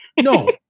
no